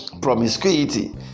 promiscuity